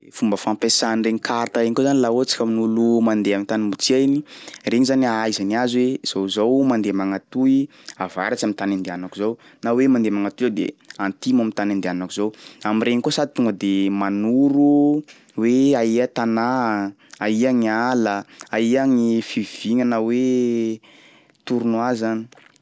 De fomba fampiasà an'iregny carte regny zany laha ohatsy ka amin'oloo mandeha am'tany mbo tsy hainy, regny zany ahaizany azy hoe zao zao mandeha magnatoy avaratsy am'tany andehanako zao na hoe mandeha magnatoy aho de antimo am'tany andehanako zao, am'regny koa sady tonga de manoro hoe aia tanà a, aia gny ala, aia gny fivigna na hoe tournois zany.